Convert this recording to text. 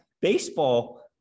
baseball